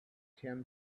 tim